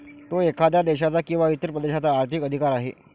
तो एखाद्या देशाचा किंवा इतर प्रदेशाचा आर्थिक अधिकार आहे